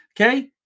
Okay